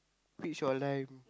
peach or lime